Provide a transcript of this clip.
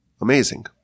amazing